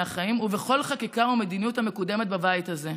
החיים ובכל חקיקה ומדיניות המקודמת בבית הזה.